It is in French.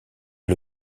est